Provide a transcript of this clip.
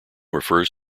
refers